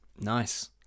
nice